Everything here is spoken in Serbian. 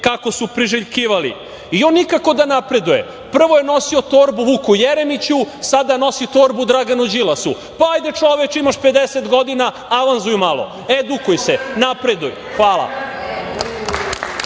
kako su priželjkivali i on nikako da napreduje. Prvo je nosio torbu Vuku Jeremiću, sada nosi torbu Draganu Đilasu. Pa, ajde, čoveče, imaš 50 godina, avanzuj malo, edukuj se, napreduj. Hvala.